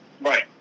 Right